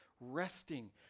resting